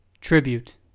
Tribute